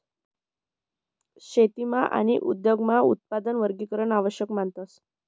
शेतीमा आणि उद्योगमा उत्पादन वर्गीकरण आवश्यक मानतस